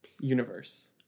universe